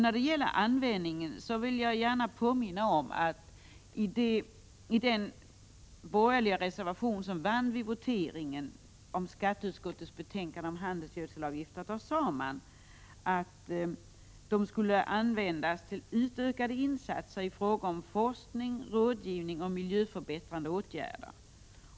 När det gäller användningen av handelsgödselavgifterna vill jag påminna om att det i den borgerliga reservation som bifölls vid voteringen om skatteutskottets betänkande om handelsgödselavgifter sades att de skulle användas till utökade insatser i fråga om forskning, rådgivning och miljöförbättrande åtgärder.